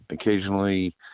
occasionally